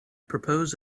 propose